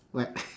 what